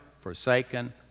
forsaken